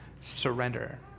surrender